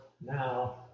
now